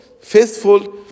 faithful